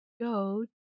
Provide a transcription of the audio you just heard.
go